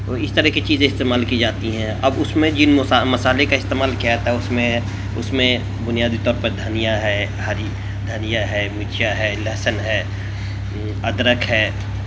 تو اس طرح کی چیزیں استعمال کی جاتی ہیں اب اس میں جن مس مسالحے کا استعمال کیا جاتا ہے اس میں اس میں بنیادی طور پر دھنیا ہے ہری دھنیا ہے مرچا ہے لہسن ہے ادرک ہے